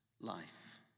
life